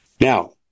Now